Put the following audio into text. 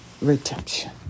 redemption